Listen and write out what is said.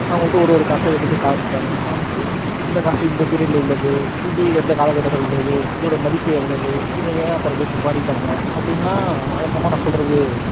அவங்கள்ட்ட ஒரு ஒரு காசையும் எடுத்து காமிப்பேன் காமிச்சு இந்த காசு இந்த பீரியடில் உள்ளது இது எந்த காலக்கட்டத்தில் உள்ளது இதோடய மதிப்பு எவ்வளோவு இது ஏன் அப்புறமேட் நிற்பாட்டிட்டாங்க அப்படின்னுலாம் வழக்கமாக நான் சொல்கிறது